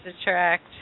attract